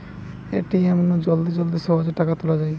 ATM নু জলদি জলদি সহজে টাকা তুলা যায়